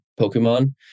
Pokemon